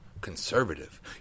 conservative